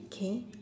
okay